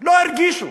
לא הרגישו.